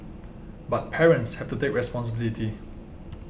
but parents have to take responsibility